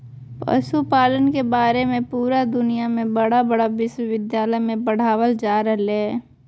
पशुपालन के बारे में पुरा दुनया में बड़ा बड़ा विश्विद्यालय में पढ़ाल जा रहले हइ